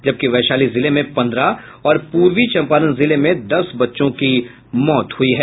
जबकि वैशाली जिले में पन्द्रह और पूर्वी चंपारण जिले में दस बच्चों की मौत हुई है